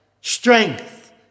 Strength